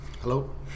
Hello